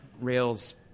Rails